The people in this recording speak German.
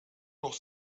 doch